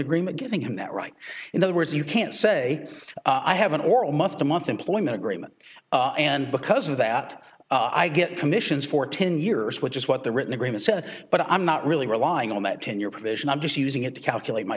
agreement giving him that right in other words you can't say i have an aura month to month employment agreement and because of that i get commissions for ten years which is what the written agreement says but i'm not really relying on that ten year provision i'm just using it to calculate my